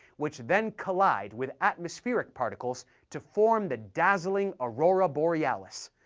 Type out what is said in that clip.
which then collide with atmospheric particles to form the dazzling aurora borealis,